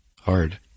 hard